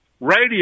Radio